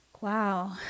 Wow